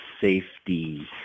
safety